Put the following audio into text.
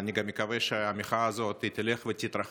אני גם מקווה שהמחאה הזאת תלך ותתרחב.